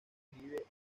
escribe